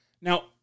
Now